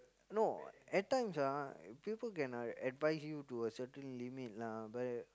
no at times ah people can uh advise you to a certain limit lah but